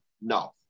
No